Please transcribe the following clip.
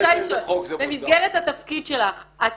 במסגרת התפקיד שלך את